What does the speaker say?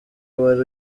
wari